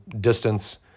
distance